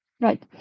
right